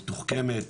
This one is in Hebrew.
מתוחכמת,